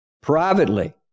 privately